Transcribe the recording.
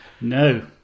No